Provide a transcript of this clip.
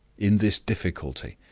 in this difficulty,